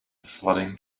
flooding